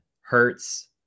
Hurts